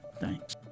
Thanks